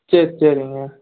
சரி சரிங்க